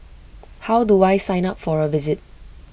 how do I sign up for A visit